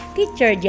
Teacher